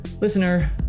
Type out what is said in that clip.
listener